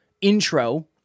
intro